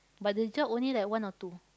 but the job only like one or two